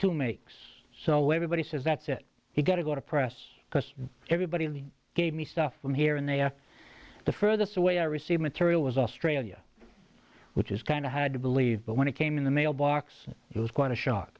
two makes so everybody says that's it he got to go to press because everybody in the gave me stuff from here and they have the ferguson way i receive material was australia which is kind of hard to believe but when it came in the mail box it was quite a shock